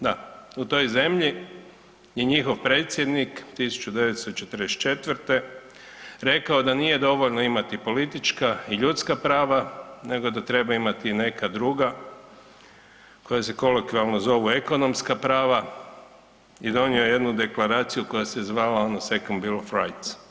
Da, u toj zemlji je njihov predsjednik 1944. rekao da nije dovoljno imati politička i ljudska prava, nego da treba imati neka druga, koja se kolokvijalno zovu ekonomska prava i donio je jednu deklaraciju koja se zvala Second Bill of Rights.